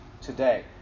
today